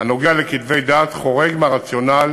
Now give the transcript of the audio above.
הנוגע לכתבי דת חורג מהרציונל